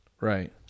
right